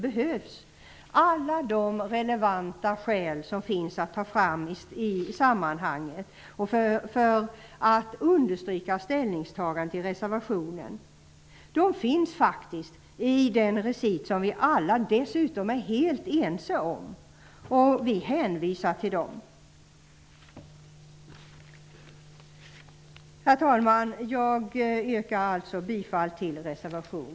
Alla de relevanta skälen för att understryka ställningstagandet i reservationen finns faktiskt i den recit som vi alla är helt ense om. Vi hänvisar till den. Herr talman! Jag yrkar alltså bifall till reservation